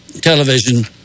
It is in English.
television